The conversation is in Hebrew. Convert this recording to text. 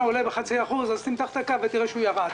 עולה ב-0.5% אז תמתח את הקו ותראה שהוא ירד.